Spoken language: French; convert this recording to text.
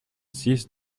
six